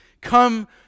come